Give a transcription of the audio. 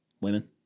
Women